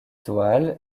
toile